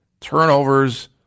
Turnovers